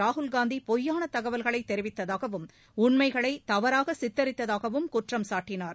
ராகுல்காந்தி பொய்யான தகவல்களை தெரிவித்ததாகவும் உண்மைகளை தவறாக சித்தரித்ததாகவும் குற்றம் சாட்டினார்